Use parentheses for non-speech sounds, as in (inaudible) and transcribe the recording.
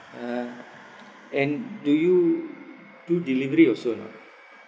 uh (noise) and do you do delivery also or not